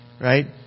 Right